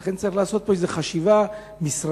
לכן צריך לעשות פה חשיבה משרדית,